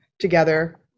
together